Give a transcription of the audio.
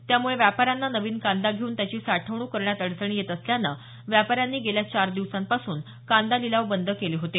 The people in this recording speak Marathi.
त्यामुळे व्यापाऱ्यांना नवीन कांदा घेऊन त्याची साठवणूक करण्यात अडचणी येत असल्यानं व्यापाऱ्यांनी गेल्या चार दिवसांपासून कांदा निलाव बंद केले होते